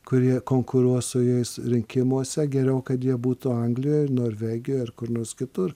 kurie konkuruos su jais rinkimuose geriau kad jie būtų anglijoj ar norvegijoj ar kur nors kitur